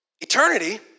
Eternity